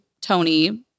Tony